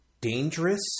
dangerous